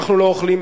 אנחנו לא אוכלים,